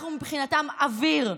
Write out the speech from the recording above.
אנחנו מבחינתם אוויר.